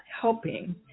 helping